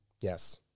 Yes